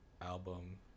album